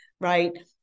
Right